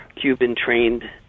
Cuban-trained